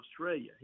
Australia